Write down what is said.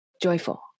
joyful